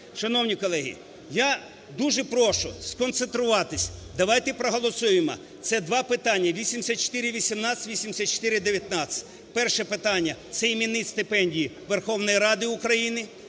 Шановні колеги, я дуже прошу сконцентруватись. Давайте проголосуємо, це два питання: 8418 і 8419. Перше питання – це іменні стипендії Верховної Ради України.